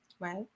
Right